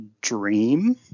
dream